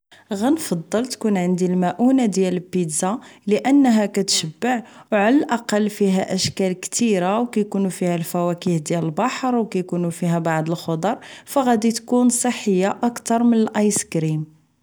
نفضل تكون عندي المؤونة ديال البيتزا لانها تنشبع وعلى الاقل فيها اشكال كثيرة وكيكون فيها الفواكه ديال البحر وكيكون فيها بعض الخضر فغادي تكون صحية اكثر من الايسكريم